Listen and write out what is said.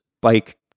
bike